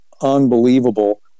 unbelievable